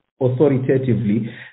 Authoritatively